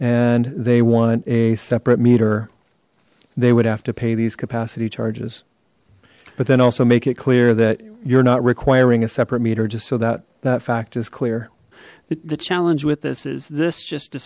and they want a separate meter they would have to pay these capacity charges but then also make it clear that you're not requiring a separate meter just so that that fact is clear the challenge with this is this just